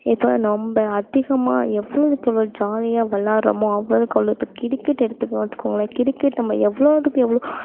இப்போ நம்ம அதிகமாக எவ்வளோத்துக்கு எவ்வளோ ஜாலியாக விளையாட்றமோ அவ்வளவுக்கு அவ்வளோ இப்போ கிரிக்கெட் எடுத்து எடுத்துகோங்களேன் கிரிக்கெட் நம்ம எவ்வளோத்துக்கு எவ்ளோ